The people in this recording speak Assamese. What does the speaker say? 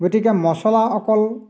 গতিকে মচলা অকল